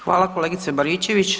Hvala kolegice Baričević.